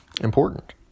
important